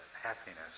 happiness